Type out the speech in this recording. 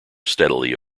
steadily